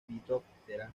lepidoptera